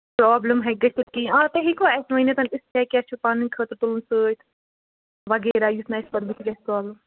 problem ہیٚکہِ گٔژھِتھ کِہیٖنۍ آ تُہۍ ہیٚکوا اَسہِ ؤنِتھ اَسہِ کیٛاہ کیٛاہ چھُ پَنٕنۍ خٲطرٕ تُلُن سۭتۍ وغیرہ یُس نہٕ اَسہِ پتہٕ بٔتھِ گژھِ پرٛابلِم